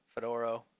Fedoro